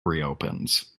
reopens